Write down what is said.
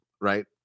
Right